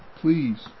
please